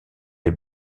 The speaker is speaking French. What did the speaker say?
les